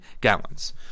gallons